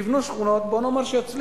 יבנו שכונות, בוא נאמר שיצליחו.